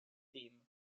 theme